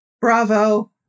Bravo